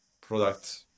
product